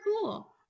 cool